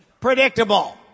predictable